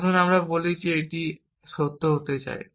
আসুন আমরা বলি যে আমি এটিই সত্য হতে চাই